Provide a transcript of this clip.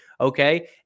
okay